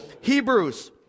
Hebrews